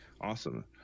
Awesome